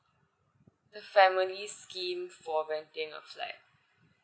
the family scheme for renting a flat